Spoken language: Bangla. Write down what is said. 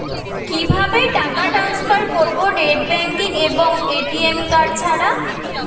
কিভাবে টাকা টান্সফার করব নেট ব্যাংকিং এবং এ.টি.এম কার্ড ছাড়া?